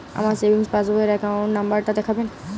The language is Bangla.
আমার সেভিংস পাসবই র অ্যাকাউন্ট নাম্বার টা দেখাবেন?